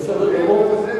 בסדר גמור.